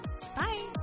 Bye